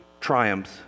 triumphs